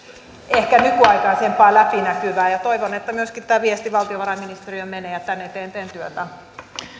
ehkä nykyaikaisempaa ja läpinäkyvää ja toivon että myöskin tämä viesti valtiovarainministeriöön menee ja tämän eteen teen työtä